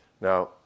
Now